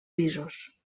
pisos